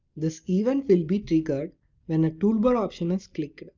this event will be triggered when a toolbar option is click.